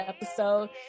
episode